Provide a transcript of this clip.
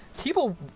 people